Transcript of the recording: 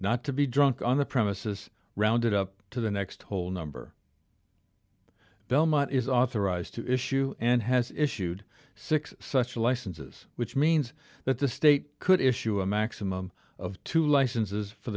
not to be drunk on the premises rounded up to the next whole number belmont is authorized to issue and has issued six such licenses which means that the state could issue a maximum of two licenses for